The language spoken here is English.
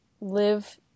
live